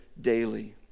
daily